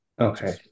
Okay